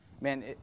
Man